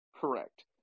Correct